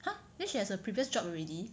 !huh! then she has a previous job already